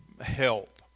help